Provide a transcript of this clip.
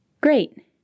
Great